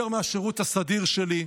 יותר מהשירות הסדיר שלי.